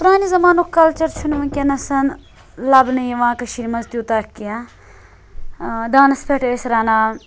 پرانہِ زَمانُک کَلچَر چھُ نہٕ وٕنکیٚنَس لَبنہٕ یِوان کٔشیٖر مَنٛز تیوٗتاہ کینٛہہ دانَس پٮ۪ٹھ ٲسۍ رَنان